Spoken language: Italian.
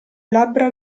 labbra